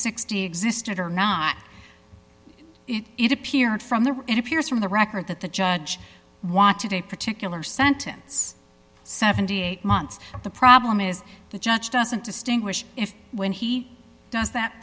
sixty existed or not it appeared from there it appears from the record that the judge wanted a particular sentence seventy eight months the problem is the judge doesn't distinguish if when he does that